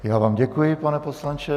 Já vám děkuji, pane poslanče.